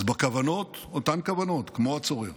אז הכוונות, אותן כוונות, כמו הצורר.